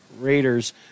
Raiders –